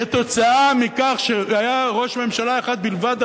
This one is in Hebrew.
כתוצאה מכך שהיה ראש ממשלה אחד בלבד,